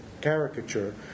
caricature